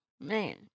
man